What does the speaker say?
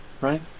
right